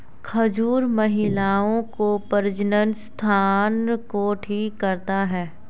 खजूर महिलाओं के प्रजननसंस्थान को ठीक करता है